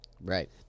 Right